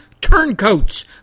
turncoats